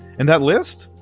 and that list?